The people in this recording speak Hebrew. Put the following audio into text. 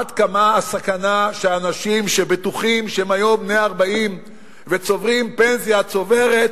עד כמה הסכנה שאנשים בטוחים שהם היום בני 40 וצוברים פנסיה צוברת,